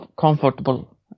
comfortable